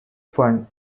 fund